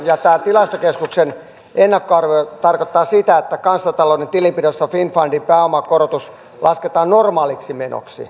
tämä tilastokeskuksen ennakkoarvio tarkoittaa sitä että kansantalouden tilinpidossa finnfundin pääomakorotus lasketaan normaaliksi menoksi